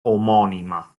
omonima